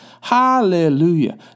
Hallelujah